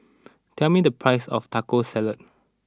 tell me the price of Taco Salad